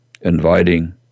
inviting